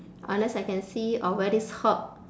unless I can see uh where this herb